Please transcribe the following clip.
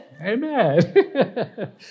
Amen